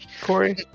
corey